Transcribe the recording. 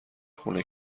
خونه